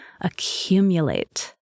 accumulate